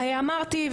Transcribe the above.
אמרתי,